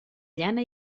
llana